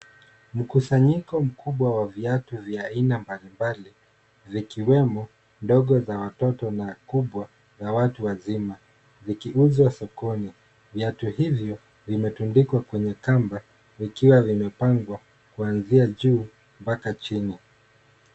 Mkusanyiko mkubwa wa viatu vya aina mbalimbali vikiwemo ndogo za watoto na kubwa za watu wazima zikiuzwa sokoni. Viatu hivyo vimetundikwa kwenye kamba vikiwa vimepangwa kuanzia juu mpaka chini.